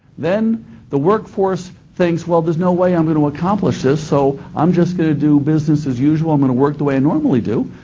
then the workforce thinks, well, there's no way i'm going to accomplish this, so i'm just going to do business as usual. i'm going to work the way i normally do,